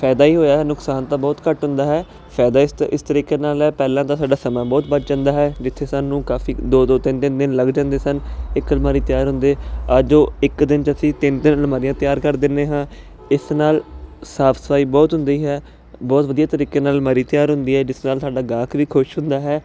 ਫਾਇਦਾ ਹੀ ਹੋਇਆ ਨੁਕਸਾਨ ਤਾਂ ਬਹੁਤ ਘੱਟ ਹੁੰਦਾ ਹੈ ਫਾਇਦਾ ਇਸ ਤ ਤਰੀਕੇ ਨਾਲ ਹੈ ਪਹਿਲਾਂ ਤਾਂ ਸਾਡਾ ਸਮਾਂ ਬਹੁਤ ਬਚ ਜਾਂਦਾ ਹੈ ਜਿੱਥੇ ਸਾਨੂੰ ਕਾਫੀ ਦੋ ਦੋ ਤਿੰਨ ਦਿਨ ਲੱਗ ਜਾਂਦੇ ਸਨ ਇੱਕ ਅਲਮਾਰੀ ਤਿਆਰ ਹੁੰਦੇ ਅੱਜ ਉਹ ਇੱਕ ਦਿਨ 'ਚ ਅਸੀਂ ਤਿੰਨ ਤਿੰਨ ਅਲਮਾਰੀਆਂ ਤਿਆਰ ਕਰ ਦਿੰਦੇ ਹਾਂ ਇਸ ਨਾਲ ਸਾਫ ਸਫਾਈ ਬਹੁਤ ਹੁੰਦੀ ਹੈ ਬਹੁਤ ਵਧੀਆ ਤਰੀਕੇ ਨਾਲ ਅਲਮਾਰੀ ਤਿਆਰ ਹੁੰਦੀ ਹੈ ਜਿਸ ਨਾਲ ਸਾਡਾ ਗਾਹਕ ਵੀ ਖੁਸ਼ ਹੁੰਦਾ ਹੈ